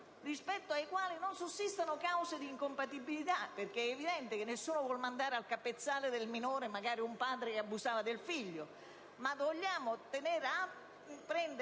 rispetto ai quali non sussistono cause di incompatibilità, perché è evidente che nessuno vuole mandare al capezzale del minore magari un padre che abusava del figlio. Ma vogliamo prendere